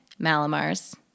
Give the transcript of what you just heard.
Malamars